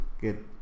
good